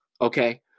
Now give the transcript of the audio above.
Okay